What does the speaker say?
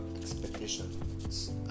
expectations